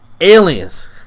Aliens